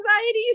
anxiety